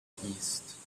east